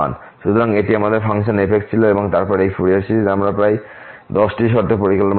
সুতরাং এটি আমাদের ফাংশন f ছিল এবং তারপর এই ফুরিয়ার সিরিজটি আমরা প্রায় 10 টি শর্তে পরিকল্পনা করেছি